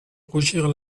rougir